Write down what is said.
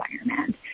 environment